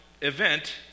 event